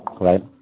right